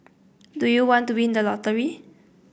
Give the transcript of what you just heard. do you want to win the lottery